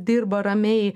dirba ramiai